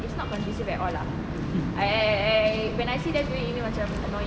is not conducive at all lah I I I when I see them doing email macam annoying